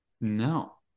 No